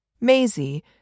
Maisie